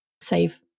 save